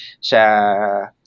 sa